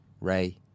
Ray